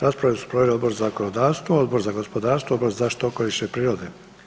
Raspravu su proveli Odbor za zakonodavstvo, Odbor za gospodarstvo, Odbor za zaštitu okoliša i prirode.